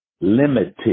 Limited